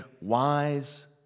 wise